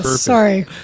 Sorry